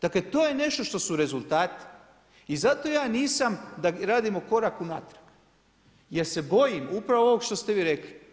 Dakle, to je nešto što su rezultati i zato ja nisam da radimo korak unatrag jer se bojim upravo ovog što ste vi rekli.